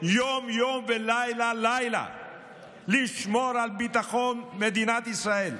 יום-יום ולילה-לילה לשמור על ביטחון מדינת ישראל,